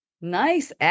nice